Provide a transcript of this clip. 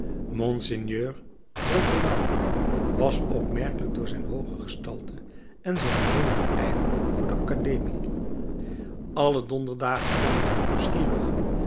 roquelaure was opmerkelijk door zijn hooge gestalte en zijn bijzonderen ijver voor de academie alle donderdagen konden de nieuwsgierigen